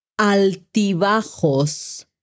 Altibajos